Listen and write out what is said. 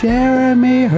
Jeremy